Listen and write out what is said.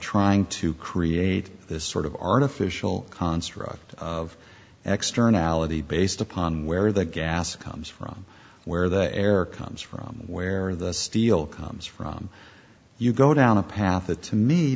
trying to create this sort of artificial construct of externality based upon where the gas comes from where the air comes from where the steel comes from you go down a path t